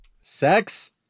sex